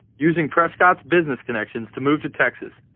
using prescott's business connections to move to texas.